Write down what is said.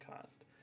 cost